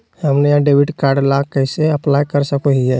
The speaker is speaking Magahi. हम नया डेबिट कार्ड ला कइसे अप्लाई कर सको हियै?